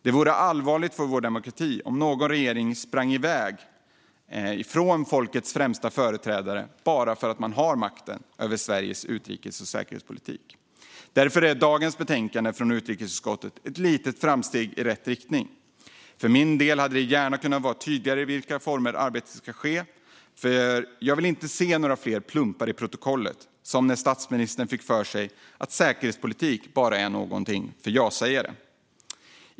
Det vore allvarligt för vår demokrati om någon regering sprang iväg från folkets främsta företrädare bara för att de har makten över Sveriges utrikes och säkerhetspolitik. Därför är dagens betänkande från utrikesutskottet ett litet framsteg i rätt riktning. För min del hade formerna för hur arbetet ska ske gärna kunnat vara tydligare. Jag vill inte se fler plumpar i protokollet, som när statsministern fick för sig att säkerhetspolitik bara är något för ja-sägare.